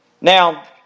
Now